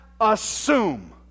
assume